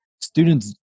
Students